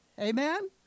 Amen